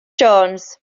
jones